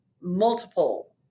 multiple